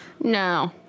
No